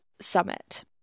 summit